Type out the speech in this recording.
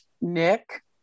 Nick